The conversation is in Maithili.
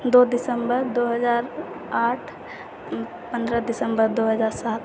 दू दिसम्बर दू हजार आठ पन्द्रह दिसम्बर दू हजार सात